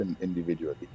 individually